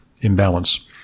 imbalance